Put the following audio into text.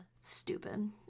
stupid